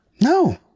No